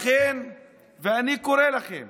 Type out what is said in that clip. לכן אני קורא לכם